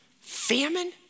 Famine